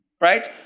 Right